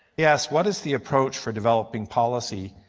yes what is the approach for developing policy.